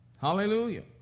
Hallelujah